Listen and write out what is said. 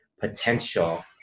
potential